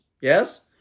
Yes